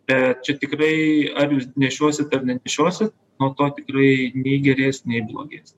bet čia tikrai ar jūs nešiosit ar nenešiosit nuo to tikrai nei gerės nei blogės